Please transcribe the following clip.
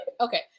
okay